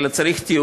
אלא גם צריך תיעוד.